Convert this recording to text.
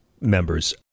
members